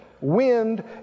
Wind